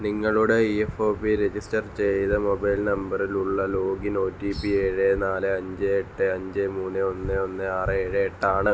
നിങ്ങളുടെ E F O P register ചെയ്ത mobile നമ്പറിലുള്ള ലോഗിൻ ഒ ടി പി ഏഴ് നാല് അഞ്ച് എട്ട് അഞ്ച് മൂന്ന് ഒന്ന് ഒന്ന് ആറ് ഏഴ് എട്ട് ആണ്